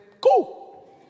cool